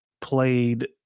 played